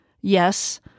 Yes